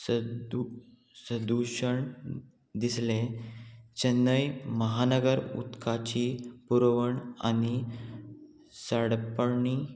सद सदुशण दिसलें चेन्नय महानगर उदकाची पुरवण आनी सडपणी